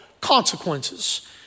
consequences